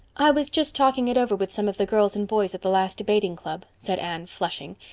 i was just talking it over with some of the girls and boys at the last debating club, said anne, flushing.